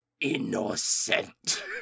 Innocent